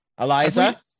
Eliza